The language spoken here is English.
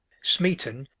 smeaton,